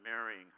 marrying